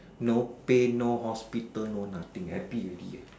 no pain no hospital no nothing happy already